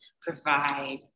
provide